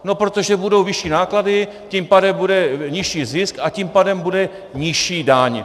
No protože budou vyšší náklady, tím pádem bude nižší zisk a tím pádem bude nižší daň.